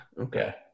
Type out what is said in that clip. Okay